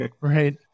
Right